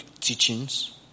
teachings